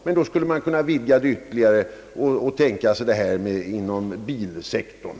Man skulle då kunna tänka på bilsektorn.